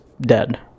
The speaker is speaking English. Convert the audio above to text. dead